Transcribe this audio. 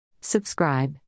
Subscribe